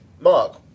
Mark